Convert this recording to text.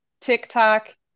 TikTok